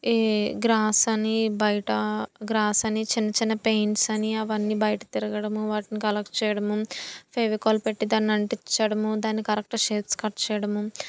ఈ గ్రాస్ అని బయట గ్రాస్ అని చిన్న చిన్న పెయింట్స్ అని అవన్నీ బయట తిరగడము వాటిని కలెక్ట్ చేయడము ఫెవికాల్ పెట్టి దాన్ని అంటించడము దాన్ని కరెక్ట్ షేప్స్ కట్ చేయడము